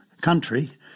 country